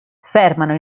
fermano